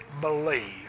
believe